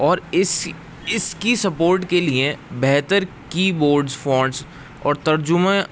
اور اس اس کی سپورٹ کے لیے بہتر کی بورڈس فونٹس اور ترجمہ